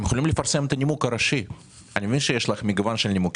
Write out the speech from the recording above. אני מבין שיש לך מגוון של נימוקים,